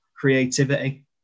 creativity